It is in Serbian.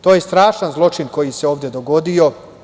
To je strašan zločin koji se ovde dogodio.